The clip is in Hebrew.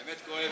האמת כואבת.